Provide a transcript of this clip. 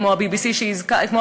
כמו ב-BBC בבריטניה,